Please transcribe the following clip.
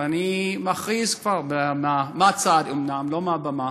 ואני כבר מכריז, מהצד אומנם, ולא מהבמה,